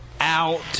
Out